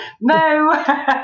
No